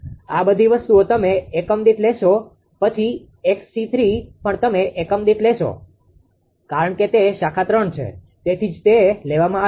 આ બધી વસ્તુઓ તમે એકમ દીઠ લેશો પછી 𝑥𝐶3 પણ તમે એકમ દીઠ લેશો કારણ કે તે શાખા 3 છે તેથી જ તે લેવામાં આવી છે